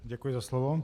Děkuji za slovo.